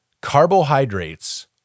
Carbohydrates